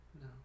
no